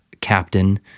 captain